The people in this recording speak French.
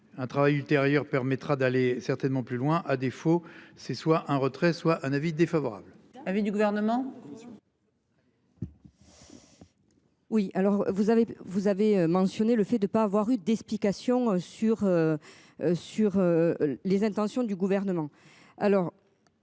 Un travail ultérieur permettra d'aller certainement plus loin à défaut c'est soit un retrait soit un avis défavorable. Avis du gouvernement. Oui alors vous avez vous avez mentionné le fait de pas avoir eu d'explication sur. Sur. Les intentions du gouvernement